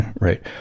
Right